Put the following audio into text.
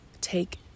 take